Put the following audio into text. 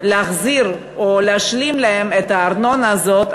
להחזיר או להשלים להם את הארנונה הזאת,